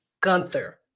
Gunther